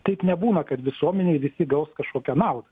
taip nebūna kad visuomenėj visi gaus kažkokią naudą